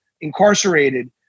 incarcerated